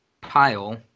pile